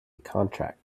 contract